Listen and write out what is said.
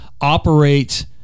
operate